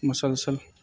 مسلسل